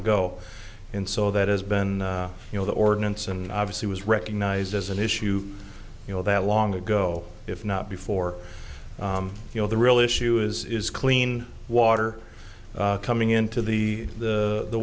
ago and so that has been you know the ordinance and obviously was recognized as an issue you know that long ago if not before you know the real issue is clean water coming into the the